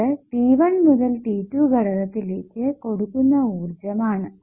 ഇത് t1 മുതൽ t2 ഘടകത്തിലേക്ക് കൊടുക്കുന്ന ഊർജ്ജം ആണ്